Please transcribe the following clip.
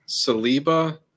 Saliba